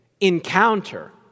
encounter